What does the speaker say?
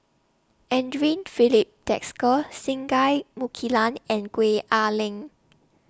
Andre Filipe Desker Singai Mukilan and Gwee Ah Leng